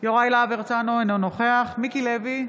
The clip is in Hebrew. יוראי להב הרצנו, אינו נוכח מיקי לוי,